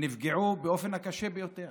שנפגעו באופן הקשה ביותר.